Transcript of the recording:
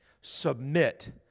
submit